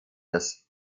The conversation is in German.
das